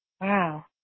Wow